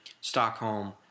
Stockholm